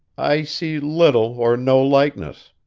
i see little or no likeness